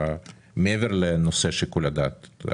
וגם,